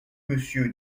monsieur